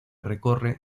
recorre